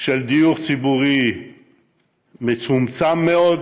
של דיור ציבורי מצומצם מאוד.